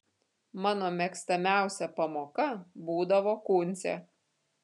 mano mėgstamiausia pamoka būdavo kūncė